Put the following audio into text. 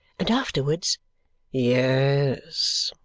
and afterwards yes!